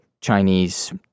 Chinese